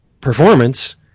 performance